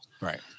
Right